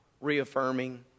reaffirming